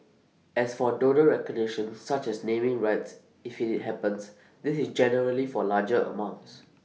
as for donor recognition such as naming rights if IT happens this is generally for larger amounts